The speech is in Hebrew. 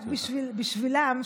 רק בשבילם,